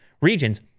regions